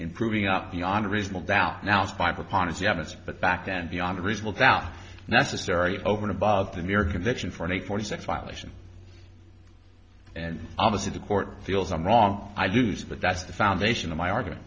in proving up beyond a reasonable doubt announced by proponents you haven't seen but back then beyond reasonable doubt necessary over and above the mere conviction for an eight forty six violation and obviously the court feels i'm wrong i lose but that's the foundation of my argument